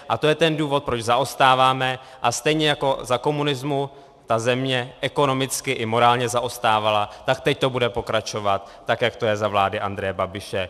A to je ten důvod, proč zaostáváme, a stejně jako za komunismu ta země ekonomicky i morálně zaostávala, tak teď to bude pokračovat tak, jak to je za vlády Andreje Babiše.